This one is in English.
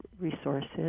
resources